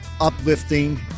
uplifting